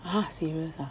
!huh! serious ah